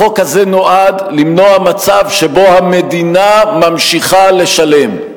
החוק הזה נועד למנוע מצב שבו המדינה ממשיכה לשלם.